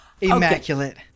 Immaculate